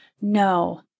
No